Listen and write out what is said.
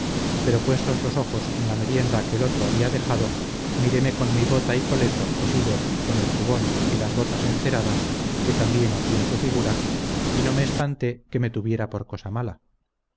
pero puestos los ojos en la merienda que el otro había dejado miréme con mi bota y coleto cosidos con el jubón y las botas enceradas que también hacían su figura y no me espanté que me tuviera por cosa mala